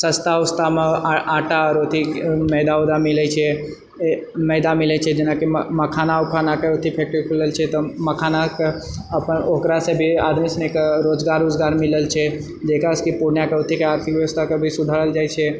सस्ता वस्तामे आँटा आ अथि मैदा उदा मिलैत छै मैदा मिलैत छै जेनाकि मखाना वखानाके अथि फैक्ट्री खुललछै तऽ मखानाके अपन ओकरासँ भी आदमी सनिके रोजगार वोजगार मिललछै जेकरासँ कि पूर्णियाँके ओतेक आर्थिक व्यवस्थाके भी सुधारल जाइत छै